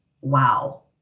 wow